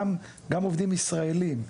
גם עובדים ישראלים,